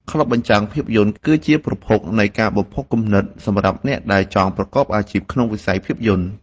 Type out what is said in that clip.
ក្លឹបបញ្ចាំងភាពយន្តគឺជាប្រភពនៃការបំផុសគំនិតសម្រាប់អ្នកដែលចង់ប្រកបអាជីពក្នុងវិស័យភាពយន្ត។